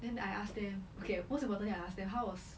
then I ask them okay most importantly I ask them how was